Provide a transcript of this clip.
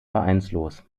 vereinslos